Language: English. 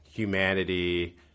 humanity